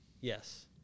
Yes